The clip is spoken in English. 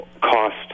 cost